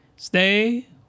Stay